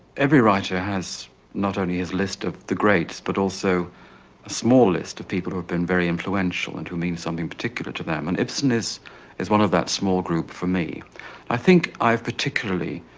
every writer has not only his list of the greats but also a small list of people who have been very influential and who mean something particular to them. and ibsen is is one of that small group, for me. and i think i've, particularly,